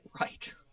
right